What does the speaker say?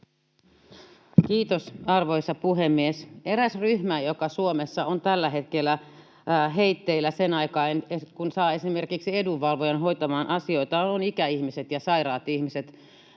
Kiitos, arvoisa puhemies! Eräs ryhmä, joka Suomessa on tällä hetkellä heitteillä sen aikaa, kunnes saa esimerkiksi edunvalvojan hoitamaan asioitaan, on ikäihmiset ja sairaat ihmiset.